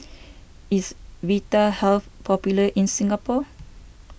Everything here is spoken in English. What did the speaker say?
is Vitahealth popular in Singapore